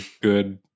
good